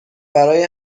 برای